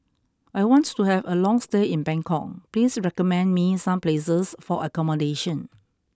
I want to have a long stay in Bangkok please recommend me some places for accommodation